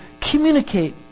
communicate